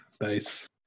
Nice